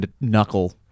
Knuckle